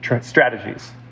strategies